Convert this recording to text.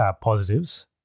positives